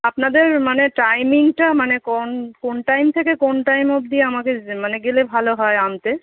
আপনাদের মানে টাইমিংটা মানে কোন কোন টাইম থেকে কোন টাইম অবদি আমাদের মানে গেলে ভালো হয় আনতে